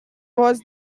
was